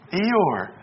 Eeyore